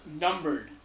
numbered